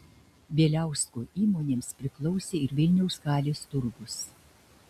bieliausko įmonėms priklausė ir vilniaus halės turgus